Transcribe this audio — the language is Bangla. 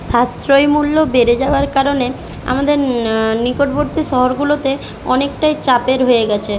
সাশ্রয়ী মূল্য বেড়ে যাওয়ার কারণে আমাদের নিকটবর্তী শহরগুলোতে অনেকটাই চাপের হয়ে গিয়েছে